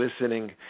listening